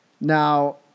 Now